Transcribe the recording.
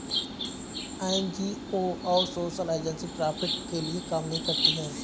NGO और social agency profit के लिए काम नहीं करती है